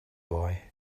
boy